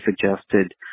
suggested